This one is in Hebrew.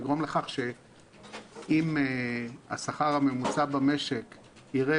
יגרום לכך שאם השכר הממוצע במשק ירד